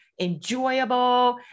enjoyable